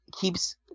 keeps